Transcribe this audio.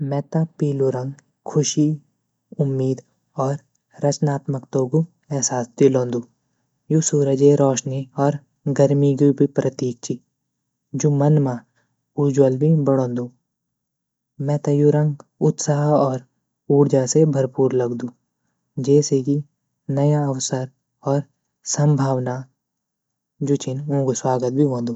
मेता पीलू रंग ख़ुशी, उम्मीद ,और रचनात्मकतों ग एहसास दिलोंदु यू सूरजे रोशनी और गर्मी ग भी प्रतीक ची जू मन म उज्ज्वल भी बडोनदु मेता यू रंग उत्साह और ऊर्जा से भरपूर लगदू जेसे की नया अवसर और संभावना जू छीन ऊँगू स्वागत भी वंदु।